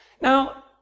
Now